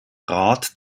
rat